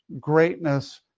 Greatness